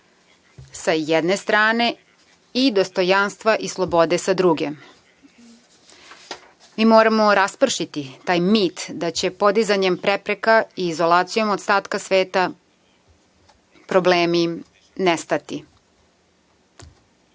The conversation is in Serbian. sa jedne strane, i dostojanstva i slobode, sa druge. Mi moramo raspršiti taj mit da će podizanjem prepreka i izolacijom od ostatka sveta problemi nestati. Da